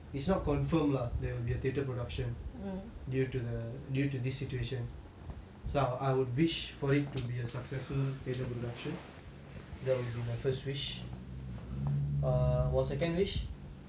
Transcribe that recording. it's not confirm lah there will be a theatre production due to the due to this situation so I would wish for it to be a successful theatre production that will be my first wish err your second wish